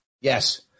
yes